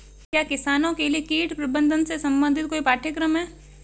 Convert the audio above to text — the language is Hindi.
क्या किसानों के लिए कीट प्रबंधन से संबंधित कोई पाठ्यक्रम है?